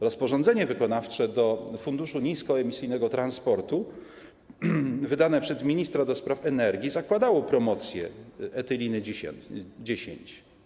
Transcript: Rozporządzenie wykonawcze do Funduszu Niskoemisyjnego Transportu wydane przez ministra do spraw energii zakładało promocję etyliny 10.